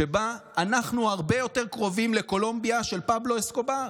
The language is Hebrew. שבה אנחנו הרבה יותר קרובים לקולומביה של פבלו אסקובר,